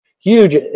huge